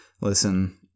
Listen